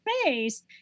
space